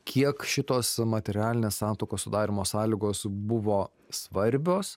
kiek šitos materialinės santuokos sudarymo sąlygos buvo svarbios